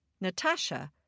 Natasha